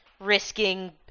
risking